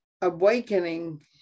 awakening